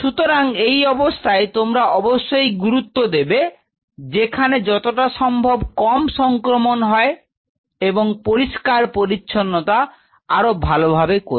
সুতরাং এই অবস্থায় তোমরা অবশ্যই গুরুত্ব দেবে যেখানে যতটা সম্ভব কম সংক্রমণ হয় এবং পরিষ্কার পরিছন্নতা আরো ভালোভাবে করবে